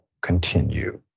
continue